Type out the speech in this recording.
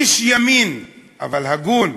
איש ימין, אבל הגון,